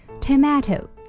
Tomato